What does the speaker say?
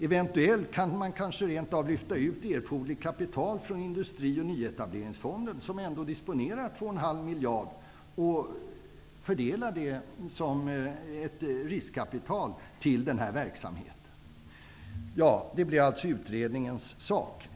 Eventuellt kan man kanske lyfta ut erforderligt kapital från Industrioch nyetableringsfonden, som ändå disponerar 2,5 miljarder kronor, och fördela det till denna verksamhet i form av riskkapital. Det blir bl.a. utredningens uppgift att behandla.